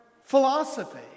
philosophy